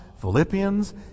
Philippians